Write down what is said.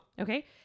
Okay